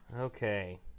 Okay